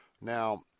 Now